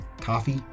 Coffee